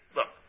Look